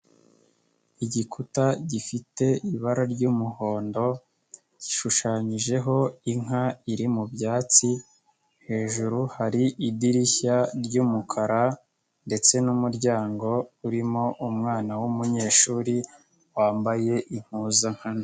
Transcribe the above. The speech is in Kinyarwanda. Igikuta gifite ibara ry'umuhondo gishushanyijeho inka iri mu byatsi, hejuru hari idirishya ry'umukara ndetse n'umuryango urimo umwana w'umunyeshuri wambaye impuzankano.